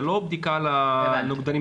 זה לא בדיקה ל-PCR,